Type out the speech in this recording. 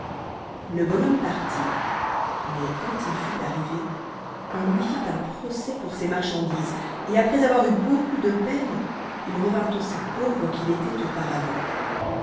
le bon homme partit mais quand il fut arrivé on lui fit un procès pour ses marchandises et après avoir eu beaucoup de peine il revint aussi pauvre qu'il était auparavant